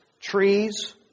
trees